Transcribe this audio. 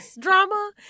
drama